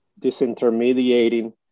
disintermediating